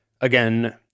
Again